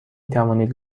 توانید